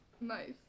Nice